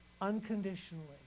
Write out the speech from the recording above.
unconditionally